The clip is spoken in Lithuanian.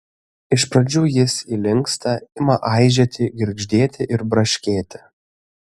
iš pradžių jis įlinksta ima aižėti girgždėti ir braškėti